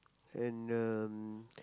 and um